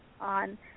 on